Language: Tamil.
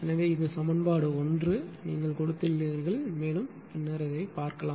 எனவே இது சமன்பாடு 1 கொடுத்துள்ளீர்கள் மேலும் பின்னர் பார்க்கலாம்